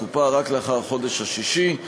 לקופה רק לאחר החודש השישי,